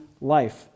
life